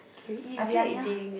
k we eat briyani ah